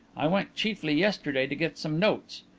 i went chiefly yesterday to get some notes.